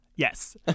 Yes